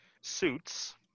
suits